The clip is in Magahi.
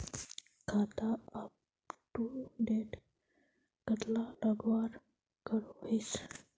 खाता अपटूडेट कतला लगवार करोहीस?